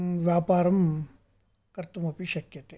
व्यापरं कर्तुमपि शक्यते